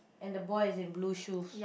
and the boy is in blue shoes